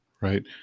right